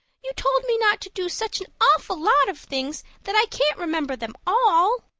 you've told me not to do such an awful lot of things that i can't remember them all.